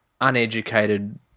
uneducated